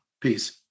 Peace